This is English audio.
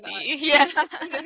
yes